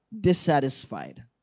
dissatisfied